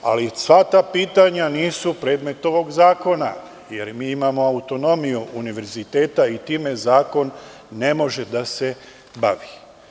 Ali, sva ta pitanja nisu predmet ovog zakona, jer mi imamo autonomiju univerziteta i time zakon ne može da se bavi.